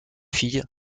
filles